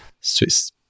Swiss